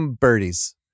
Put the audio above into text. birdies